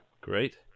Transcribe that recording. Great